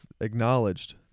acknowledged